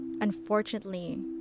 unfortunately